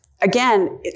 Again